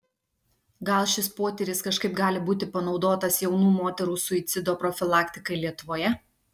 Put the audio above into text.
gal šis potyris kažkaip gali būti panaudotas jaunų moterų suicido profilaktikai lietuvoje